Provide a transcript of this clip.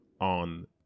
on